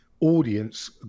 audience